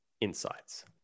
Insights